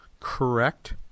correct